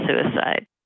suicide